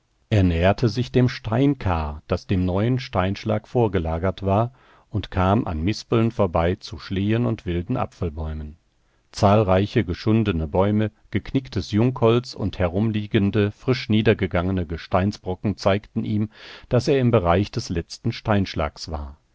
er näherte sich dem steinkar das dem neuen steinschlag vorgelagert war und kam an mispeln vorbei zu schlehen und wilden apfelbäumen zahlreiche geschundene bäume geknicktes jungholz und herumliegende frisch niedergegangene gesteinsbrocken zeigten ihm daß er im bereich des letzten steinschlags war